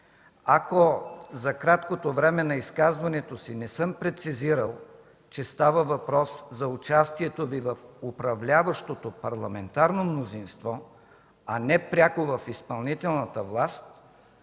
Ако за краткото време на изказването си не съм прецизирал, че става въпрос за участието Ви в управляващото парламентарно мнозинство, а не пряко в изпълнителната власт,